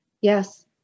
Yes